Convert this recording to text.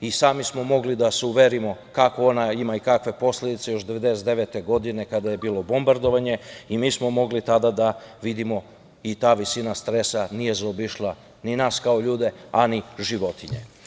i sami smo mogli da se uverimo kakve ona ima posledice još 1999. godine kada je bilo bombardovanje, i mi smo mogli tada da vidimo da ta visina stresa nije zaobišla ni nas kao ljude, a ni životinje.